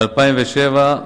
ב-2007,